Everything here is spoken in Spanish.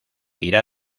irá